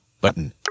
Button